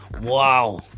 Wow